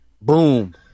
Boom